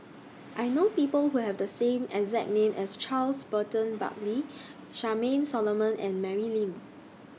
I know People Who Have The same exact name as Charles Burton Buckley Charmaine Solomon and Mary Lim